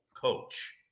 coach